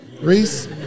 Reese